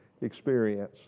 experience